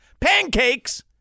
pancakes